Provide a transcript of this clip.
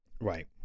Right